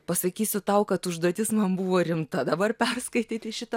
pasakysiu tau kad užduotis man buvo rimta dabar perskaityti šitą